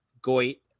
goit